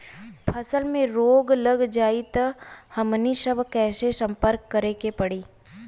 फसल में रोग लग जाई त हमनी सब कैसे संपर्क करें के पड़ी?